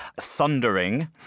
thundering